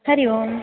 Hari Om